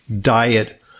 diet